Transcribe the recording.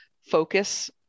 focus